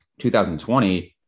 2020